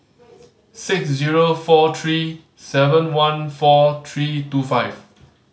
six zero four three seven one four three two five